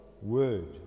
word